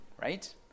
right